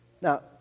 Now